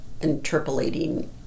interpolating